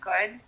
good